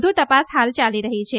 વધુ તપાસ હાલ ચાલી રહી છે